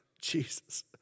Jesus